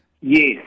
Yes